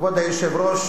כבוד היושב-ראש,